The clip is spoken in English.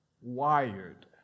wired